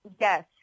Yes